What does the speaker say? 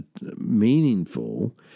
meaningful